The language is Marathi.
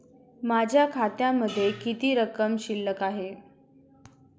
माझ्या खात्यामध्ये किती रक्कम शिल्लक आहे?